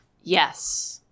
yes